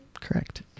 Correct